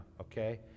okay